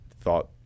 thought